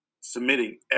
submitting